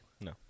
No